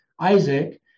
Isaac